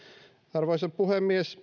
arvoisa puhemies